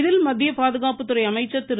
இதில் மத்திய பாதுகாப்புத்துறை அமைச்சர் திரு